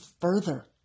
further